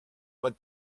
what